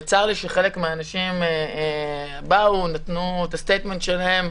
וצר לי שחלק מהאנשים נתנו את הסטייטמנט שלהם,